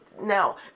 Now